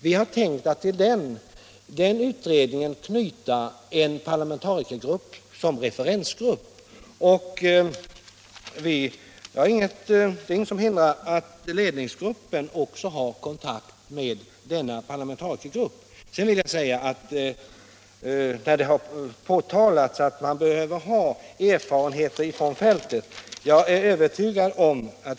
Vi har tänkt att till den knyta en parlamentarikergrupp som referensgrupp. Det är inget som hindrar att ledningsgruppen också har kontakt med denna parlamentarikergrupp. Det har påpekats att man behöver ha erfarenheter från fältet.